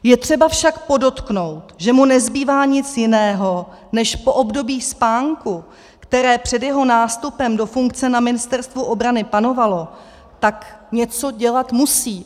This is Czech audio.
Je však třeba podotknout, že mu nezbývá nic jiného než po období spánku, které před jeho nástupem do funkce na Ministerstvu obrany panovalo, tak něco dělat musí.